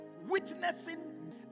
witnessing